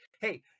hey